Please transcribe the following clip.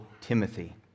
Timothy